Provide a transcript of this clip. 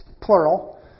plural